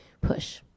push